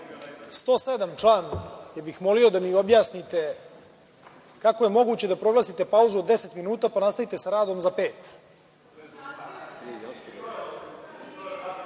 107. Molio da mi objasnite kako je moguće da proglasite pauzu od deset minuta pa nastavite sa radom za pet?